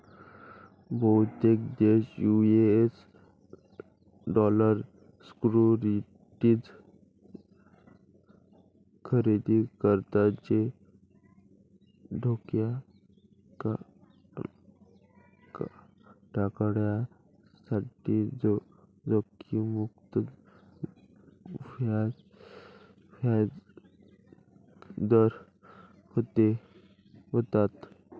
बहुतेक देश US dollar securities खरेदी करतात जे धोका टाळण्यासाठी जोखीम मुक्त व्याज दर देतात